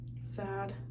sad